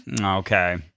Okay